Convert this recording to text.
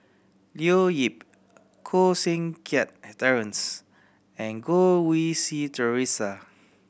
Leo Yip Koh Seng Kiat Terence and Goh Rui Si Theresa